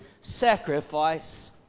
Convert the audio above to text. sacrifice